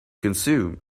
consume